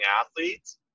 Athletes